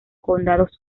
condados